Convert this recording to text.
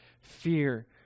fear